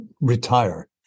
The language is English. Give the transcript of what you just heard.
retire